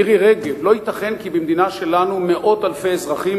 מירי רגב: לא ייתכן שבמדינה שלנו מאות אלפי אזרחים,